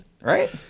right